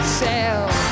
sell